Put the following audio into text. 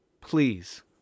Please